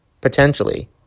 potentially